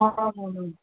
ஆமாம் ஆமாம்